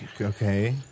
Okay